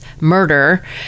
murder